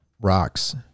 rocks